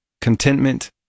contentment